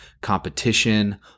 competition